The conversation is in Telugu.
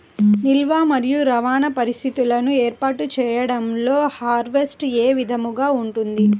నిల్వ మరియు రవాణా పరిస్థితులను ఏర్పాటు చేయడంలో హార్వెస్ట్ ఏ విధముగా ఉంటుంది?